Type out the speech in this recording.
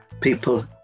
people